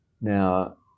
Now